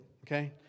okay